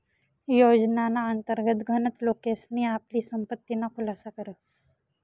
योजनाना अंतर्गत गनच लोकेसनी आपली संपत्तीना खुलासा करा